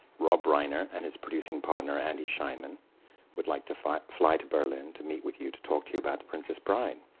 rob reiner and his producing partner andy scheinman would like to fly fly to berlin to meet with you to talk to you about the princess bride.